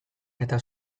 eta